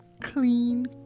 clean